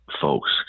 folks